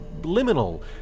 liminal